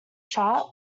chart